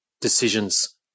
decisions